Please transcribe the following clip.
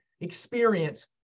experience